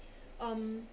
um